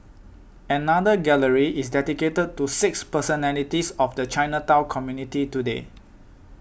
another gallery is dedicated to six personalities of the Chinatown community today